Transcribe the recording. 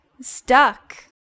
stuck